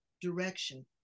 direction